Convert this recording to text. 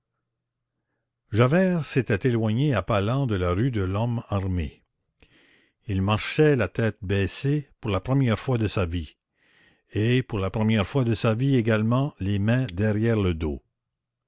javert s'était éloigné à pas lents de la rue de lhomme armé il marchait la tête baissée pour la première fois de sa vie et pour la première fois de sa vie également les mains derrière le dos